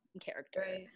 character